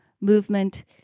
Movement